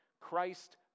Christ